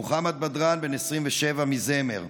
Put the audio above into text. מוחמד בדראן, בן 27, מזמר,